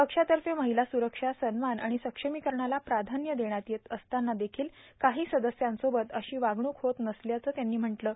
पक्षातफ र्माहला स्रक्षा सन्मान र्आण साक्षार्मकाणाला प्राधान्य देण्यात येत असताना देखील काहां सादास्यांसोबत अशी वागणूक होत नसल्याचंत्यांनी म्हटलं आहे